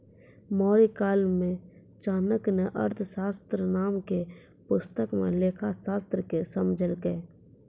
मौर्यकाल मे चाणक्य ने अर्थशास्त्र नाम के पुस्तक मे लेखाशास्त्र के समझैलकै